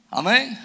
amen